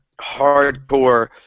hardcore